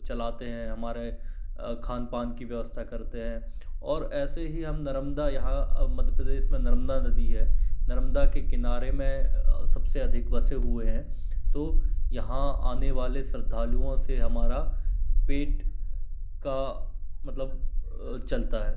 चलाते है हमारे खान पान की व्यवस्ता करते हैं और ऐसे ही हम नरमदा यहाँ मध्य प्रदेश में नरमदा नदी है नरमदा के किनारे में सब से अधीक बसे हुए हैं तो यहाँ आने वाले श्रद्धालुओं से हमारा पेट का मतलब चलता है